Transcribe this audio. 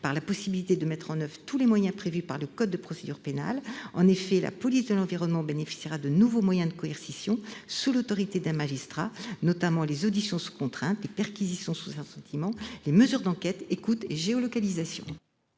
à la possibilité de mettre en oeuvre tous les moyens prévus dans le code de procédure pénale. La police de l'environnement bénéficiera ainsi de nouveaux moyens de coercition, sous l'autorité d'un magistrat, notamment les auditions sous contrainte, les perquisitions sans assentiment et les mesures d'enquête telles que les écoutes ou la géolocalisation.